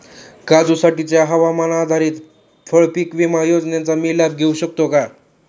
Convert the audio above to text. काजूसाठीच्या हवामान आधारित फळपीक विमा योजनेचा मी लाभ घेऊ शकतो का?